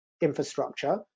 infrastructure